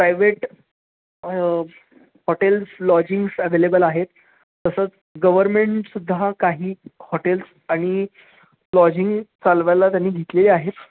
private hotels lodgings available आहेत तसंच government सुद्धा काही हॉटेल्स आणि लॉजिंग चालवायला त्यांनी घेतलेले आहेत